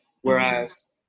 Whereas